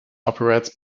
operates